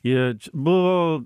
i č buvo